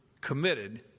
committed